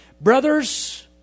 Brothers